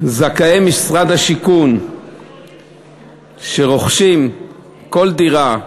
זכאי משרד השיכון שרוכשים כל דירה,